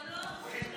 גם לא אומרים,